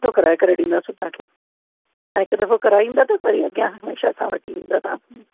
सुठो कराए करे ॾींदासीं तव्हां खे ऐं हिक दफ़ो कराईंदा त वरी अॻियां हमेशह असां वटि ई ईंदा तव्हां